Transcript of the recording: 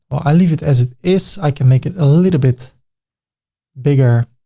but i leave it as it is. i can make it a little bit bigger.